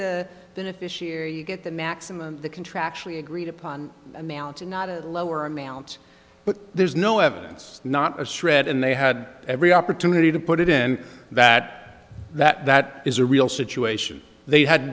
the beneficiary you get the maximum the contractually agreed upon amount and not a lower amount but there's no evidence not a shred and they had every opportunity to put it in that that that is a real situation they had